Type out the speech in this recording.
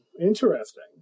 interesting